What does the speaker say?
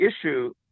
issue